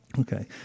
Okay